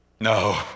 no